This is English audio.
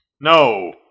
No